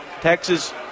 Texas